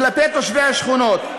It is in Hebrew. כלפי תושבי השכונות.